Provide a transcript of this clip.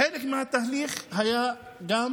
חלק מהתהליך היה גם